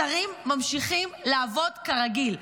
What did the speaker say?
השרים ממשיכים לעבוד כרגיל.